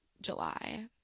July